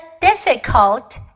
difficult